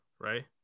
right